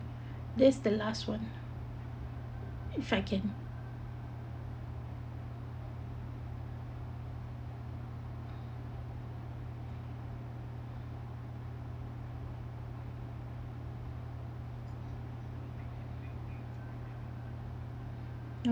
that's the last one if I can